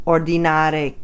Ordinare